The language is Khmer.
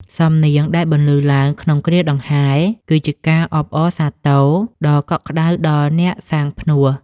សំនៀងដែលបន្លឺឡើងក្នុងគ្រាដង្ហែ គឺជាការអបអរសាទរដ៏កក់ក្តៅដល់អ្នកសាងផ្នួស។